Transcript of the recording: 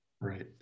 Right